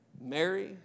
Mary